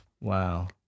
Wow